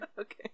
Okay